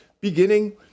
beginning